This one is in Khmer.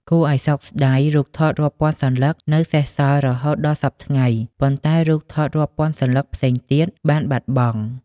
គួរឱ្យសោកស្ដាយ រូបថតរាប់ពាន់សន្លឹកនៅសេសសល់រហូតដល់សព្វថ្ងៃ ប៉ុន្តែរូបថតរាប់ពាន់សន្លឹកផ្សេងទៀតបានបាត់បង់។